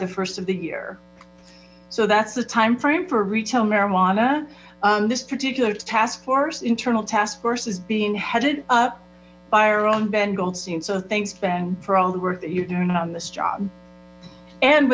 the first of the year so that's the timeframe for retail marijuana this particular task force internal task force is being headed up by our own ben goldstein so thanks ben for all the work that you're doing on this job and